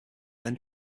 then